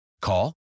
Call